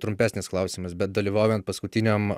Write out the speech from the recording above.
trumpesnis klausimas bet dalyvaujant paskutiniam